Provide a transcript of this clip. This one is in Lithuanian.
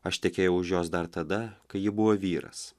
aš tekėjau už jos dar tada kai ji buvo vyras